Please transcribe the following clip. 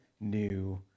new